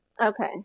Okay